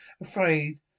Afraid